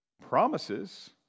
promises